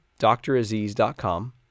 draziz.com